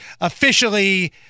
officially